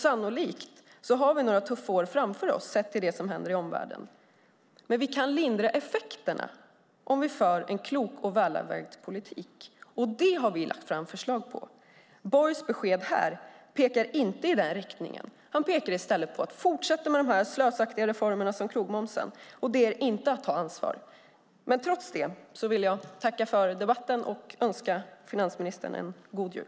Sannolikt har vi några tuffa år framför oss, sett till det som händer i omvärlden. Men vi kan lindra effekterna om vi för en klok och välavvägd politik. Det har vi lagt fram förslag på. Borgs besked här pekar inte i den riktningen. Han pekar i stället på att fortsätta med slösaktiga reformer som krogmomsen, och det är inte att ta ansvar. Trots det vill jag tacka för debatten och önska finansministern en god jul.